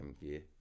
gear